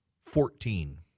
fourteen